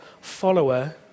follower